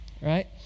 right